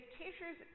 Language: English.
teachers